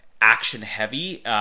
action-heavy